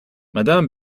madame